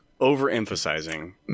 overemphasizing